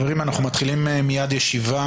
הישיבה